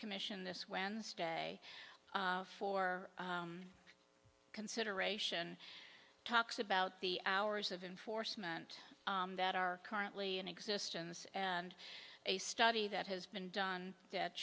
commission this wednesday for consideration talks about the hours of enforcement that are currently in existence and a study that has been done